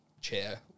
chair